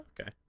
Okay